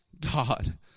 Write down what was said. God